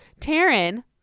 Taryn